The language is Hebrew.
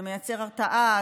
זה מייצר הרתעה,